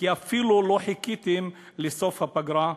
כי אפילו לא חיכיתם לסוף הפגרה.